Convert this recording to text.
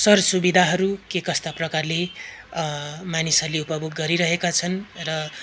सरसुविधाहरू के कस्ता प्रकारले मानिसहरूले उपभोग गरिरहेका छन् र